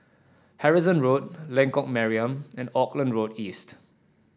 Harrison Road Lengkok Mariam and Auckland Road East